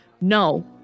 No